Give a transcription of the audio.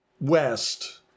West